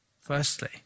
Firstly